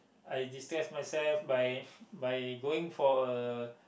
I distress myself by by going for a